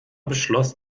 beschloss